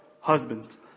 Husbands